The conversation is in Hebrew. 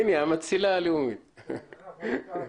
הוא מוכר מ-2005.